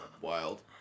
Wild